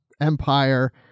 empire